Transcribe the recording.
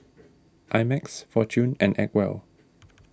I Max fortune and Acwell